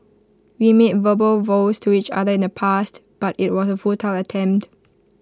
we made verbal vows to each other in the past but IT was A futile attempt